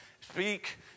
speak